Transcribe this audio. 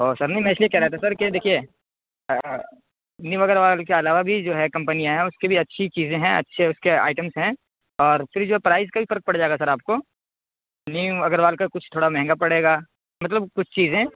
اور سر نہیں میں اس لیے کہہ رہا تھا سر کہ دیکھیے نیو اگروال کے علاوہ بھی جو ہے کمپنیاں ہیں اس کی اچھی چیزیں ہیں اچھے اس کے آئٹمز ہیں اور پھر جو پرائز کا بھی فرق پڑ جائے گا سر آپ کو نیو اگروال کا کچھ تھوڑا مہنگا پڑے گا مطلب کچھ چیزیں